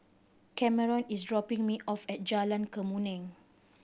Kameron is dropping me off at Jalan Kemuning